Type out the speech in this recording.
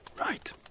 Right